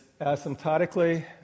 asymptotically